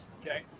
okay